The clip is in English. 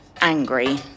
angry